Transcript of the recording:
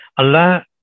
Allah